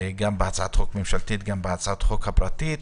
גם בהצעת החוק הממשלתית וגם בהצעת החוק הפרטית.